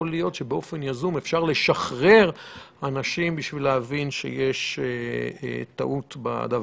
יכול היות שבאופן יזום אפשר לשחרר אנשים בשביל להבין שיש טעות בדבר.